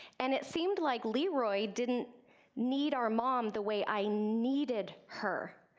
and it seemed like leroy didn't need our mom the way i needed her.